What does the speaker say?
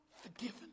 forgiven